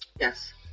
Yes